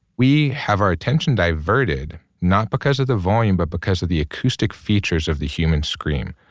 we have our attention diverted not because of the volume, but because of the acoustic features of the human scream.